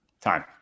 Time